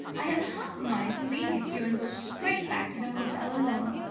i have half a mind to leave you here and go straight back to the hotel alone.